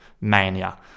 mania